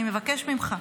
אני מבקש ממך,